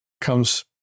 comes